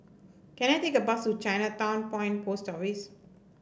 can I take a bus to Chinatown Point Post Office